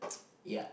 yeah